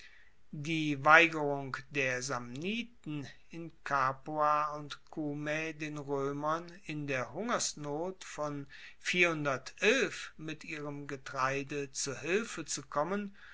die weigerung der samniten in capua und cumae den roemern in der hungersnot von mit ihrem getreide zu hilfe zu kommen